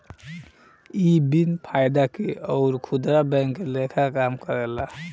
इ बिन फायदा के अउर खुदरा बैंक के लेखा काम करेला